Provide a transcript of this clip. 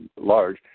large